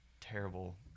terrible